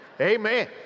Amen